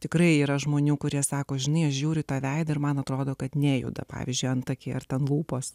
tikrai yra žmonių kurie sako žinai jie žiūri tą veidą ir man atrodo kad nejuda pavyzdžiui antakiai ar ten lūpos